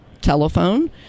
telephone